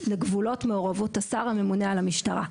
לגבולות מעורבות השר הממונה על המשטרה.